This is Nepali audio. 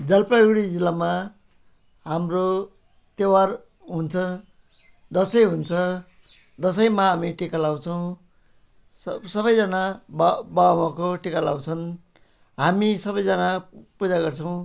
जलपाइगुडी जिल्लामा हाम्रो त्यौहार हुन्छ दसैँ हुन्छ दसैँमा हामी टिका लगाउँछौँ सब सबैजना बा बाबाआमाको टिका लगाउँछन् हामी सबैजना पूजा गर्छौँ